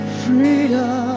freedom